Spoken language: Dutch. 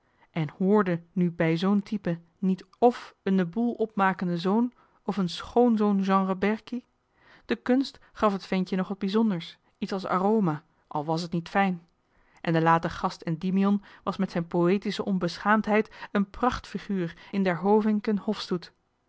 en hrde nu bij zoo'n type niet f een den boel opmakende zoon f een schoonzoon genre berkie de kunst gaf het ventje nog wat bijzonders iets als aroma al was het niet fijn en de late gast endymion was met zijn poëtische onbeschaamdheid een prachtfiguur in